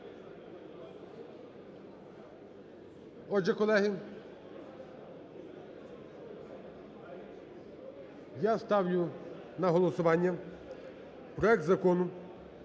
Отже, колеги, я ставлю на голосування проект Закону